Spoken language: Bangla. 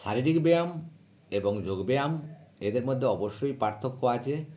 শারীরিক ব্যায়াম এবং যোগ ব্যায়াম এদের মধ্যে অবশ্যই পার্থক্য আছে